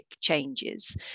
changes